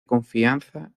confianza